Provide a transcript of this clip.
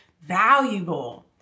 valuable